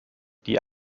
die